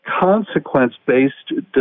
consequence-based